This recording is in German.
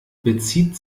bezieht